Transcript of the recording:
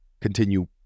continue